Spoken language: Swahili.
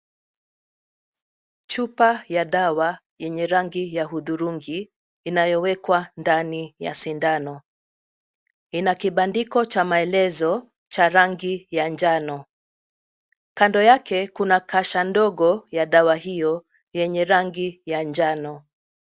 Chupa ya dawa yenye rangi ya hudhurungi, inayowekwa ndani ya sindano. Ina kibandiko cha maelezo cha rangi ya njano. Kando yake kuna kasha ndogo ya dawa hiyo yenye rangi ya njano.